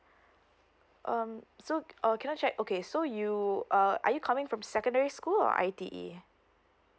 um so err can I check okay so you uh are you coming from secondary school or I_T_E